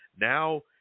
Now